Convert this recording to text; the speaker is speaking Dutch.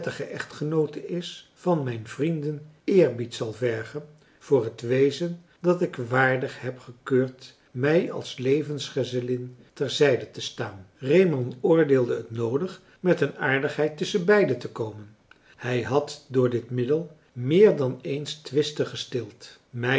echtgenoote is van mijn vrienden eerbied zal vergen voor het wezen dat ik waardig heb gekeurd mij als levensgezellin terzijdetestaan reeman oordeelde het noodig met een aardigheid tusschenbeiden te komen hij had door dit middel meer dan eens twisten gestild